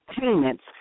payments